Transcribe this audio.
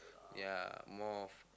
ya more of